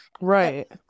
right